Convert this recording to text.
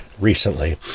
recently